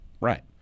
right